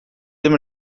ddim